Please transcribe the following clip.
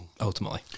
ultimately